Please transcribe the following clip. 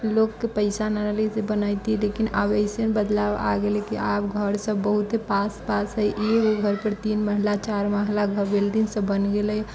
लोकके पैसा न रहलै तऽ बनाइति लेकिन आब एसन बदलाव आ गेलै कि आब घर सभ बहुत पास पास है एक गो घर पर तीन महला चारि महला घर बिल्डिंग सभ बनि गेलै